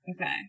Okay